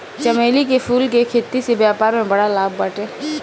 चमेली के फूल के खेती से व्यापार में बड़ा लाभ बाटे